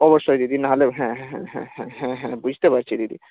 অবশ্যই দিদি না হলে হ্যাঁ হ্যাঁ হ্যাঁ হ্যাঁ হ্যাঁ হ্যাঁ বুঝতে পারছি দিদি